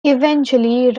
eventually